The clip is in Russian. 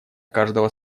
каждого